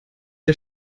der